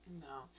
No